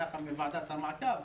מטעם ועדת המעקב,